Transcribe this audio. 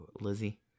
Lizzie